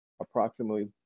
approximately